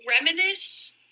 reminisce